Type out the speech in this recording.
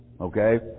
Okay